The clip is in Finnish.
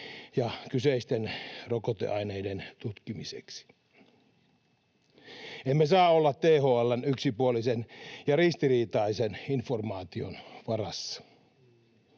ja kyseisten rokoteaineiden tutkimiseksi. Emme saa olla THL:n yksipuolisen ja ristiriitaisen informaation varassa.